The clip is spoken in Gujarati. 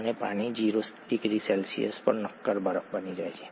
અને પાણી 0 ડિગ્રી સેલ્સિયસ પર નક્કર બરફ બની જાય છે